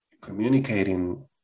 communicating